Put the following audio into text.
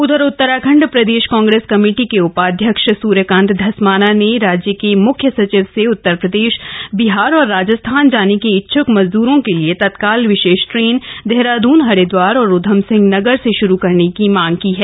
उधर उतराखंड प्रदेश कांग्रेस कमेटी के उपाध्यक्ष सुर्यकांत धस्माना ने राज्य के मुख्य सचिव से उत्तरप्रदेश बिहार और राजस्थान जाने के इच्छुक मजदूरों के लिए तत्काल विशेष ट्रेन देहराद्न हरिद्वार और उधमसिंह नगर से शुरू करने की मांग की है